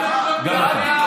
גם אתה, גם אתה קיבלת.